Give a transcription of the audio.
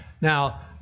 Now